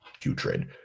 putrid